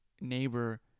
neighbor